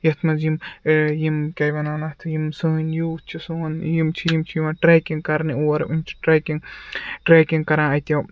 یَتھ منٛز یِم یِم کیٛاہ وَنان اَتھ یِم سٲنۍ یوٗتھ چھِ سون یِم چھِ یِم چھِ یِوان ٹرٮ۪کِنٛگ کَرنہٕ اور یِم چھِ ٹرٮ۪کِنٛگ ٹرٮ۪کِنٛگ کَران اَتہِ